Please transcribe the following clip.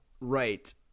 Right